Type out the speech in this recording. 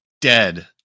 dead